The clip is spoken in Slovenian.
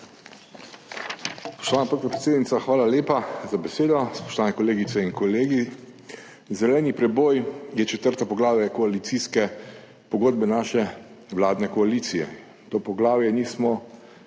hvala lepa za besedo. Spoštovani kolegice in kolegi! Zeleni preboj je četrto poglavje koalicijske pogodbe naše vladne koalicije. Tega poglavja nismo